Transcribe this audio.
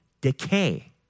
decay